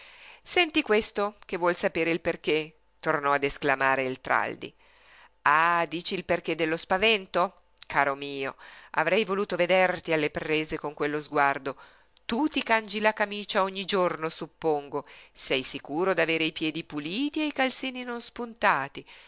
senti questo che vuol sapere il perché tornò a esclamare il traldi ah dici il perché dello spavento caro mio avrei voluto vederti alle prese con quello sguardo tu ti cangi la camicia ogni giorno suppongo sei sicuro d'avere i piedi puliti e i calzini non spuntati